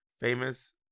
Famous